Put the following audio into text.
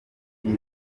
yari